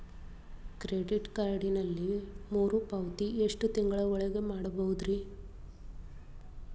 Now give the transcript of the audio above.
Credit ಕಾರ್ಡಿನಲ್ಲಿ ಮರುಪಾವತಿ ಎಷ್ಟು ತಿಂಗಳ ಒಳಗ ಮಾಡಬಹುದ್ರಿ?